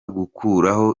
gukuraho